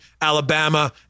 Alabama